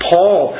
Paul